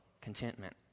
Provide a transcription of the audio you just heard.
contentment